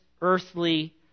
earthly